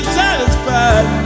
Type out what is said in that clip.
satisfied